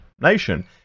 nation